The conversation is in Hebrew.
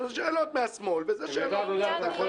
זה שאלות מהשמאל וזה שאלות קצת אחרת.